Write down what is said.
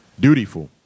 dutyful